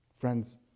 Friends